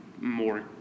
more